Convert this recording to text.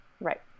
Right